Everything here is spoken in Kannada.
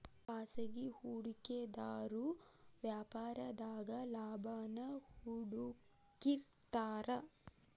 ಖಾಸಗಿ ಹೂಡಿಕೆದಾರು ವ್ಯಾಪಾರದಾಗ ಲಾಭಾನ ಹುಡುಕ್ತಿರ್ತಾರ